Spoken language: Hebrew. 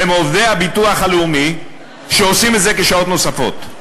הם עובדי הביטוח הלאומי שעושים את זה כשעות נוספות.